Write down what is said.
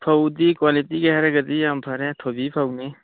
ꯐꯧꯗꯤ quality ꯍꯥꯏꯔꯒꯗꯤ ꯌꯥꯝ ꯐꯔꯦ ꯊꯣꯏꯕꯤ ꯐꯧꯅꯤ